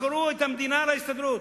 מכרו את המדינה להסתדרות.